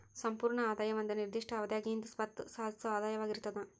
ಸಂಪೂರ್ಣ ಆದಾಯ ಒಂದ ನಿರ್ದಿಷ್ಟ ಅವಧ್ಯಾಗಿಂದ್ ಸ್ವತ್ತ ಸಾಧಿಸೊ ಆದಾಯವಾಗಿರ್ತದ